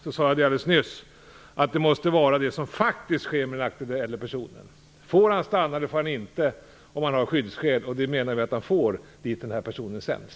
Jag sade alldeles nyss att det måste vara det som faktiskt sker med den aktuella personen. Får han stanna eller inte om han har skyddsskäl? Det menar vi att han får på den plats dit den här personen sänds.